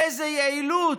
איזו יעילות,